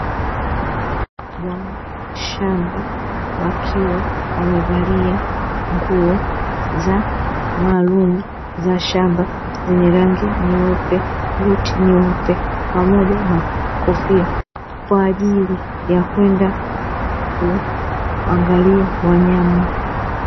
Bwana shamba wakiwa wamevalia nguo maalumu za shamba zenye rangi nyeupe, buti nyeupe, pamoja na kofia, kwaajili ya kwenda kuangalia wanyama.